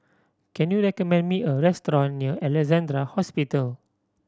can you recommend me a restaurant near Alexandra Hospital